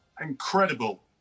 incredible